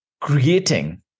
creating